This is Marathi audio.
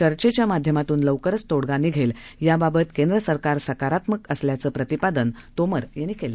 चर्चेच्यामाध्यमातूनलवकरचतोङगानिघेल याबाबतकेंद्रसरकारसकारात्मकअसल्याचंप्रतिपादनतोमरयांनीकेलं